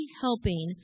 helping